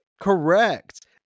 correct